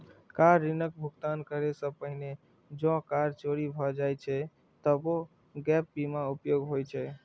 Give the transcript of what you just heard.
car ऋणक भुगतान करै सं पहिने जौं कार चोरी भए जाए छै, तबो गैप बीमा उपयोगी होइ छै